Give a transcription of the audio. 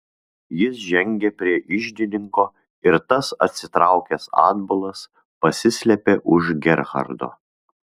jis žengė prie iždininko ir tas atsitraukęs atbulas pasislėpė už gerhardo